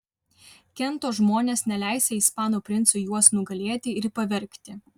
kento žmonės neleisią ispanų princui juos nugalėti ir pavergti